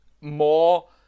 more